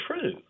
true